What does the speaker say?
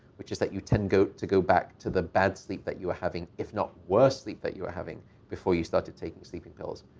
which is that you tend to go back to the bad sleep that you are having, if not worse sleep that you are having before you started taking sleeping pills.